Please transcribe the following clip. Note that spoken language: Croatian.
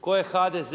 koje HDZ